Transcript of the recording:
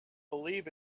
believe